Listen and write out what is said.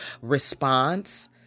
response